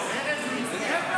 איפה החטופים?